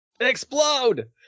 explode